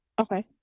Okay